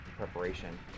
Preparation